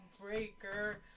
Breaker